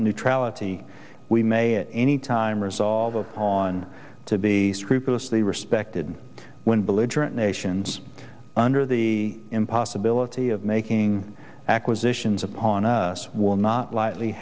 neutrality we may at any time resolve on to be scrupulously respected when belligerent nations under the in possibility of making acquisitions upon a sworn not lightly